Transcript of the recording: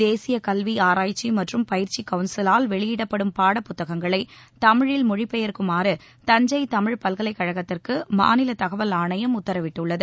தேசிய கல்வி ஆராய்ச்சி மற்றும் பயிற்சி கவுன்சிலால் வெளியிடப்படும் பாடப்புத்தகங்களை தமிழில் மொழி பெயர்க்குமாறு தஞ்சை தமிழ்ப் பல்கலைக்கழகத்திற்கு மாநில தகவல் ஆணையம் உத்தரவிட்டுள்ளது